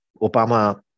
Obama